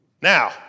Now